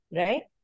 right